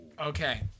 Okay